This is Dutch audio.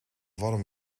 warm